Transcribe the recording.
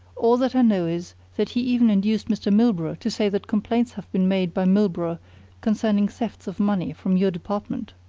all that i know is that he even induced mr. milburgh to say that complaints have been made by milburgh concerning thefts of money from your department.